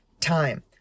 time